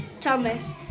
Thomas